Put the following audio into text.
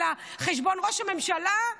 אלא חשבון ראש הממשלה.